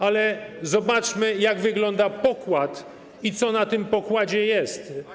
Ale zobaczmy, jak wygląda pokład i co na tym pokładzie jest.